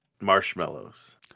marshmallows